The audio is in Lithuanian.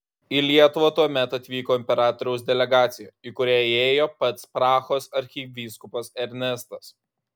į lietuvą tuomet atvyko imperatoriaus delegacija į kurią įėjo pats prahos arkivyskupas ernestas